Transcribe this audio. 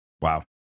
Wow